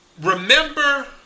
Remember